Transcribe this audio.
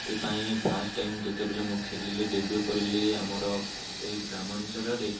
ସେଥିପାଇଁ first time ଯେତେବେଲେ ମୁଁ ଖେଳିଲି ଡେବ୍ୟୁ କରିଲି ଆମର ଏ ଗ୍ରାମାଞ୍ଚଳରେ